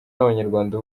w’abanyarwanda